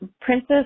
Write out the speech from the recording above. Princess